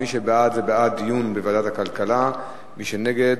מי שבעד, זה בעד דיון בוועדת הכלכלה, מי שנגד,